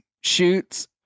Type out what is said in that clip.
Shoots